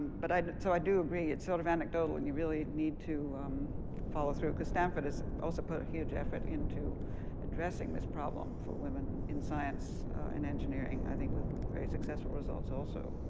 but i do so i do agree, it's sort of anecdotal, and you really need to follow through, because stanford has also put a huge effort into addressing this problem for women in science and engineering, i think with very successful results also.